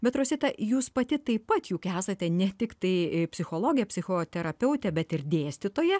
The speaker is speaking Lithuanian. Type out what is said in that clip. bet rosita jūs pati taip pat juk esate ne tiktai psichologė psichoterapeutė bet ir dėstytoja